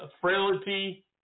frailty